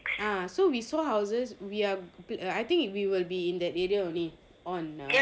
ah so we saw houses we are I think we will be in that area only on